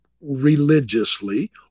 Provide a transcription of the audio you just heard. religiously